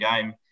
game